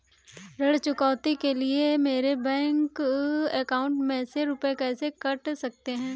ऋण चुकौती के लिए मेरे बैंक अकाउंट में से रुपए कैसे कट सकते हैं?